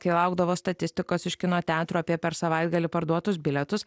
kai laukdavo statistikos iš kino teatrų apie per savaitgalį parduotus bilietus